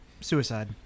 suicide